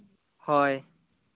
ᱦᱳᱭ